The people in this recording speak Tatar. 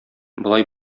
болай